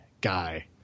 guy